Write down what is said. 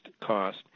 cost